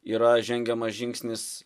yra žengiamas žingsnis